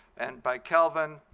and by kelvin,